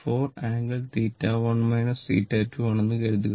4 angle 1 θ2 ആണെന്ന് കരുതുക